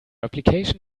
application